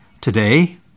today